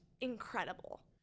incredible